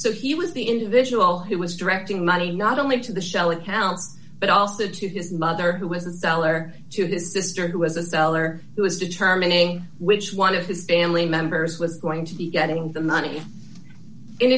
so he was the individual who was directing money not only to the shell accounts but also to his mother who was a dollar to his sister who was a seller who was determining which one of his family members was going to be getting the money in